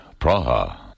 Praha